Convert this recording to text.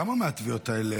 כמה מהתביעות האלה,